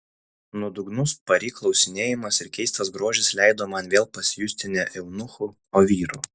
nuodugnus pari klausinėjimas ir keistas grožis leido man vėl pasijusti ne eunuchu o vyru